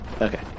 Okay